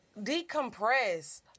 decompress